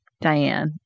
Diane